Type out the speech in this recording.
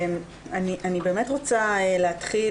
אני באמת רוצה להתחיל,